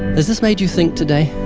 has this made you think today?